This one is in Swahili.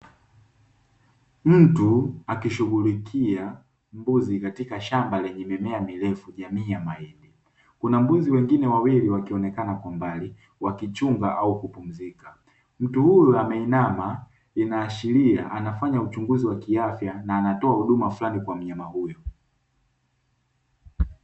Mtu akishughulikia mbuzi katika shamba lenye mimea mirefu jamii ya mahindi, kuna mbuzi wengine wawili wakionekana kwa mbali wakichunga au kupumzika mtu huyu ameinama inaashiria anafanya uchunguzi wa kiafya na anatoa huduma fulani kwa mnyama huyo.